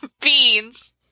beans